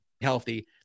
healthy